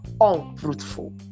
unfruitful